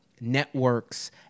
networks